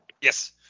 Yes